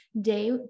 day